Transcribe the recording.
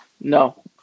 No